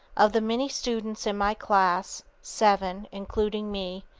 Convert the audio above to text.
of the many students in my class, seven, including me,